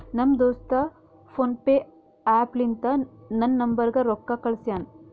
ನಮ್ ದೋಸ್ತ PhonePe app ಲಿಂತಾ ನನ್ ನಂಬರ್ಗ ರೊಕ್ಕಾ ಕಳ್ಸ್ಯಾನ್